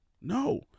No